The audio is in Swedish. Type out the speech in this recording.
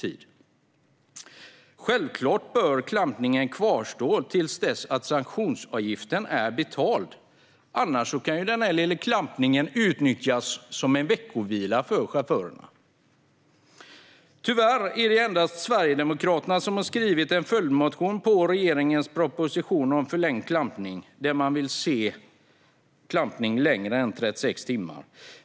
Klampningen bör självfallet kvarstå till dess att sanktionsavgiften är betald. Annars kan den korta klampningen utnyttjas som veckovila för chauffören. Tyvärr är det endast Sverigedemokraterna som har skrivit en följdmotion på regeringens proposition om förlängd klampning eftersom vi vill se längre klampning än 36 timmar.